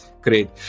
Great